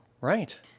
Right